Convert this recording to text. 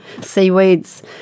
seaweeds